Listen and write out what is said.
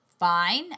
fine